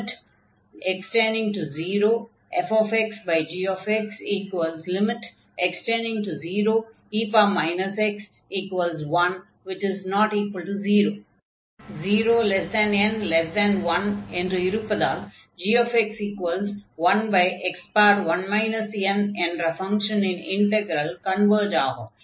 fxgx e x 1≠0 0n1 என்று இருப்பதால் gx1x1 n என்ற ஃபங்ஷனின் இன்டக்ரல் கன்வர்ஜ் ஆகும்